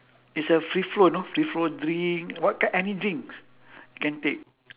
it's a free flow you know free flow drink what kin~ any drinks can take